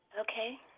Okay